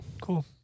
Cool